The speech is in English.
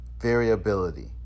variability